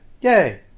yay